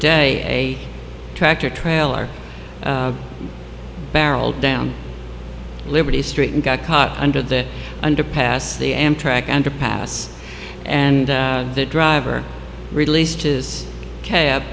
day tractor trailer barreled down liberty street and got caught under the underpass the amtrak underpass and the driver released his cab